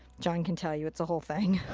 john can tell you it's a whole thing.